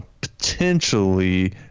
potentially